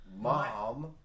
mom